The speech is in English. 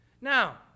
Now